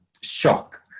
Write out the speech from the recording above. shock